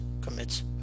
commits